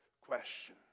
question